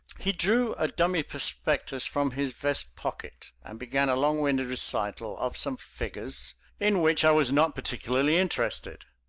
he drew a dummy prospectus from his vest pocket and began a long-winded recital of some figures in which i was not particularly interested.